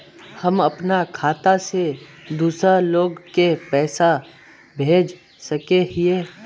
हम अपना खाता से दूसरा लोग के पैसा भेज सके हिये?